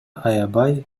аябай